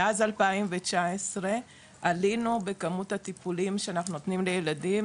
מאז 2019 עלינו בכמות הטיפולים שאנחנו נותנים לילדים,